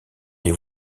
les